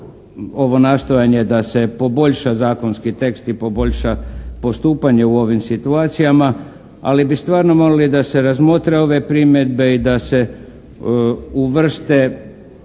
ovo nastojanje da se poboljša zakonski tekst i poboljša postupanje u ovim situacijama. Ali bi stvarno molili da se razmotre ove primjedbe i da se uvrste